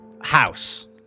house